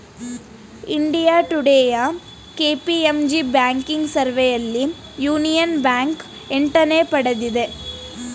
India ಟುಡೇಯ KPMG banking ಸರ್ವೆಯಲ್ಲಿ Union Bank ಎಂಟನೇ ಪಡೆದಿದೆ